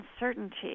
uncertainty